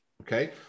okay